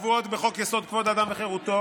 הקבועות בחוק-יסוד: כבוד האדם וחירותו,